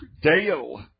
Dale